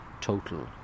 total